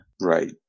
Right